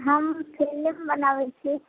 हम फिलिम बनाबै छी